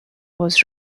was